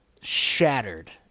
shattered